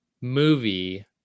movie